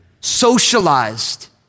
socialized